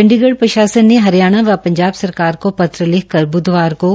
चंडीगढ़ प्रशासन ने हरियाणा व पंजाब सरकार को पत्र लिखकर ब्धवार को